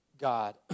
God